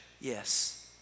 Yes